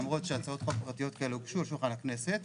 למרות שהצעות פרטיות כאלה הוגשו לשולחן הכנסת.